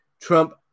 Trump